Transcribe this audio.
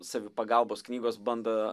savipagalbos knygos bando